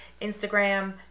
Instagram